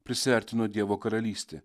prisiartino dievo karalystė